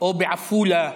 או בעפולה,